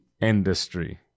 industry